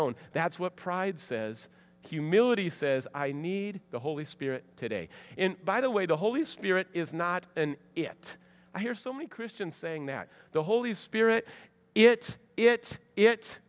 own that's what pride says humility says i need the holy spirit today by the way the holy spirit is not yet i hear so many christians saying that the holy spirit it it it